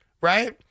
right